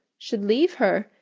should leave her,